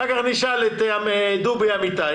כמכלול.